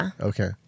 Okay